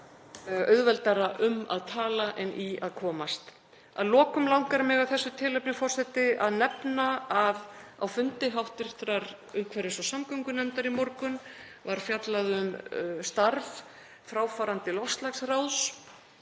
auðveldara um að tala en í að komast. Að lokum langar mig af þessu tilefni að nefna að á fundi hv. umhverfis- og samgöngunefndar í morgun var fjallað um starf fráfarandi loftslagsráðs